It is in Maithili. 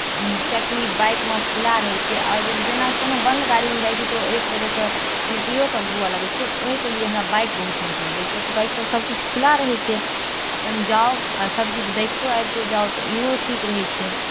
किएकि बाइकमे खुला रहै छै आओर जेनाकि कोनो बन्द गाड़ीमे जाइ छी तऽ ओहिके वजहसँ उल्टिओ सभ हुअ लगै छै ओहिके लिए हमरा बाइक बहुत नीक लगैए किएकि बाइकपर सभकिछु खुला रहै छै अपन जाउ आओर सभकिछु देखितो अबितो जाउ तऽ इहो ठीक रहै छै